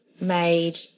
made